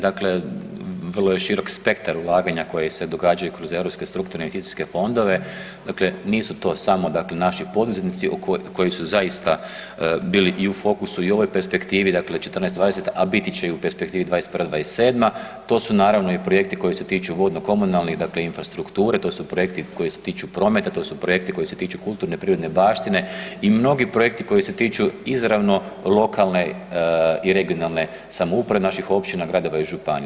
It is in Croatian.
Dakle, vrlo je širok spektar ulaganja koja se događaju kroz europske strukturne investicijske fondove, dakle nisu to samo dakle naši poduzetnici koji su zaista bili i u fokusu i u ovoj perspektivi, dakle 2014.-2020., a biti će i u perspektivi 2021.-2027., to su naravno i projekti koji se tiču vodno-komunalne dakle infrastrukture, to su projekti koji se tiču prometa, to su projekti koji se tiču kulturne i prirodne baštine i mnogi projekti koji se tiču izravno lokalne i regionalne samouprave, znači općina, gradova i županija.